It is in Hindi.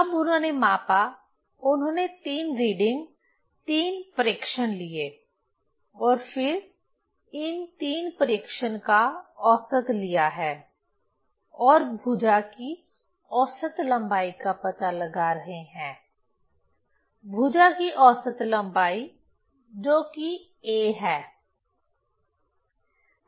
अब उन्होंने मापा उन्होंने 3 रीडिंग 3 प्रेक्षण लिए और फिर इन 3 प्रेक्षण का औसत लिया है और भुजा की औसत लंबाई का पता लगा रहे हैं भुजा की औसत लंबाई जो कि a है